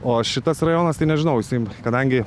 o šitas rajonas tai nežinau jisai kadangi